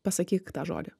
pasakyk tą žodį